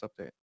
update